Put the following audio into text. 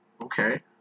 Okay